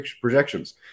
projections